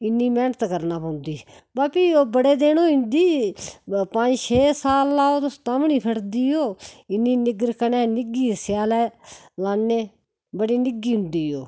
इन्नी मैंह्नत करनी पौंदी व फ्ही ओह् बड़े दिन होई दी पंज छे साल लाओ तुस तां बी निं फटदी ओह् इन्नी निग्गर कन्नै निग्धी स्यालै लान्ने बड़ी निग्घी होंदी ओह्